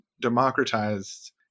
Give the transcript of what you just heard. democratized